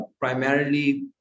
primarily